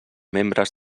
membres